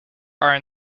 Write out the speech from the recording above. are